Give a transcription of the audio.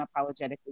Unapologetically